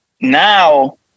Now